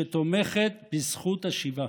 שתומכת בזכות השיבה.